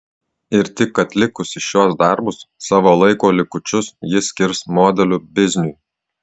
ir tik atlikusi šiuos darbus savo laiko likučius ji skirs modelių bizniui